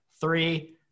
three